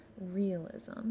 realism